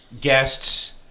guests